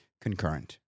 concurrent